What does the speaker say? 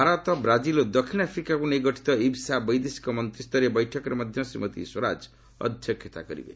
Bharat Brazil ଓ ଦକ୍ଷିଣ ଆଫ୍ରିକାକୁ ନେଇ ଗଠିତ ଇବ୍ସା ବୈଦେଶିକ ମନ୍ତ୍ରିସ୍ତରୀୟ ବୈଠକରେ ମଧ୍ୟ ଶ୍ରୀମତୀ ସ୍ୱରାଜ ଅଧ୍ୟକ୍ଷତା କରିବେ